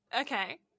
Okay